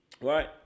right